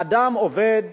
אדם עובד